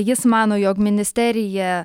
jis mano jog ministerija